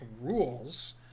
rules